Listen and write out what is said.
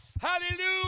Hallelujah